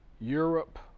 Europe